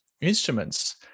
instruments